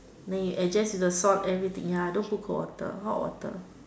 then you adjust the sauce everything ya don't put cold water hot water